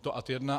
To ad 1.